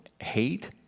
hate